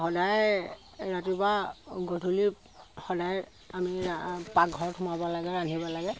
সদায় ৰাতিপুৱা গধূলি সদায় আমি পাকঘৰত সোমাব লাগে ৰান্ধিব লাগে